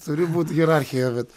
turi būt hierarchija bet